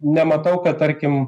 nematau kad tarkim